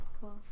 Cool